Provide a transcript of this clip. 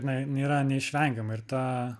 jinai nėra neišvengiama ir ta